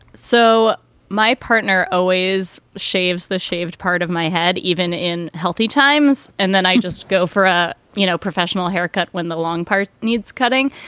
so my partner always shaves the shaved part of my head even in healthy times. times. and then i just go for a you know professional haircut. when the long part needs cutting.